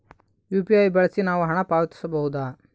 UPI ಬಳಸಿ ನಾವು ಹಣ ಪಾವತಿಸಬಹುದಾ?